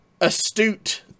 astute